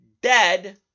dead